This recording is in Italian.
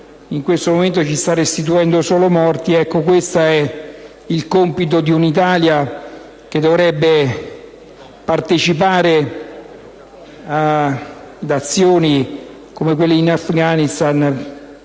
in questo momento ci sta restituendo solo morti, mi sento di dire che questo è il compito di un'Italia, che non dovrebbe partecipare ad azioni come quelle in Afghanistan,